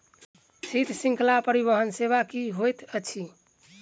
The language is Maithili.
शीत श्रृंखला परिवहन सेवा की होइत अछि?